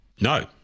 No